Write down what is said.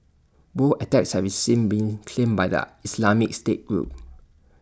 both attacks have since been claimed by the Islamic state group